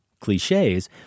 cliches